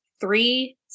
three